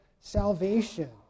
Salvation